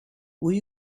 will